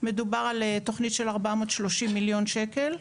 מדובר על תוכנית של 430,000,000 שקל.